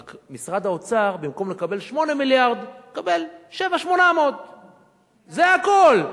ורק משרד האוצר במקום לקבל 8 מיליארד יקבל 7.8. זה הכול.